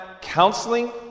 counseling